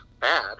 bad